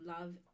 love